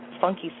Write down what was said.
funky